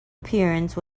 appearance